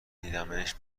دیدمش